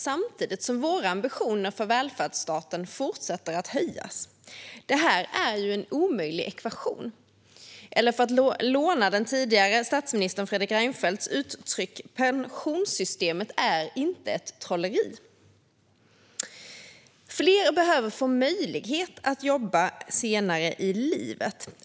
Samtidigt fortsätter våra ambitioner för välfärdsstaten att höjas. Det är en omöjlig ekvation, eller som den tidigare statsministern Fredrik Reinfeldts uttryckte det: Pensionssystemet är inte ett trolleri. Fler behöver få möjlighet att jobba senare i livet.